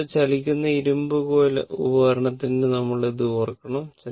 അടുത്തത് ചലിക്കുന്ന ഇരുമ്പ് കോയിൽ ഉപകരണത്തെക്കുറിച്ച് നമ്മൾ അത് ഓർക്കണം